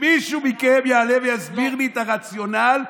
שמישהו מכם יעלה ויסביר לי את הרציונל,